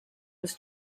was